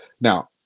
Now